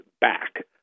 back